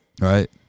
Right